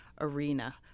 arena